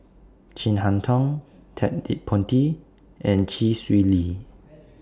Chin Harn Tong Ted De Ponti and Chee Swee Lee